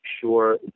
sure